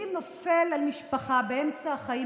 ולעיתים נופל על משפחה באמצע החיים